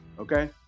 Okay